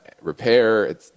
repair